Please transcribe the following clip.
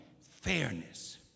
fairness